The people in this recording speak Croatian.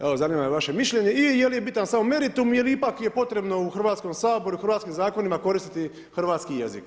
Evo zanima me vaše mišljenje i je li je bitan samo meritum ili ipak je potrebno u Hrvatskom saboru, hrvatskim zakonima koristiti hrvatski jezik.